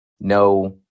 no